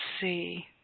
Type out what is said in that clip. see